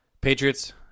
Patriots